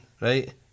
right